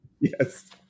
Yes